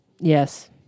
Yes